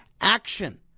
action